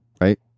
right